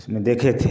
उसमें देखे थे